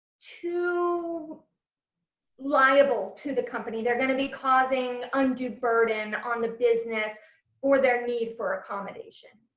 too liable to the company they're going to be causing undue burden on the business for their need for accommodation.